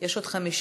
יש עוד חמישה.